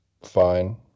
fine